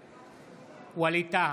בעד ווליד טאהא,